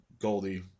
Goldie